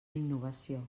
innovació